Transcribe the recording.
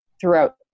throughout